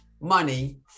money